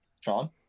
Sean